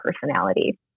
personality